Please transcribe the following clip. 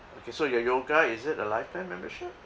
okay so your yoga is it a lifetime membership